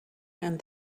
and